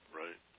right